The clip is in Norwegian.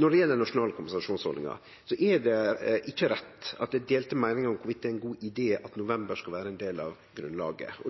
Når det gjeld den nasjonale kompensasjonsordninga, er det ikkje rett at det er delte meiningar om det er ein god idé at november skal vere ein del av grunnlaget.